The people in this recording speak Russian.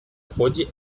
ходе